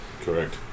Correct